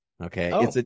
okay